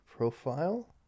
Profile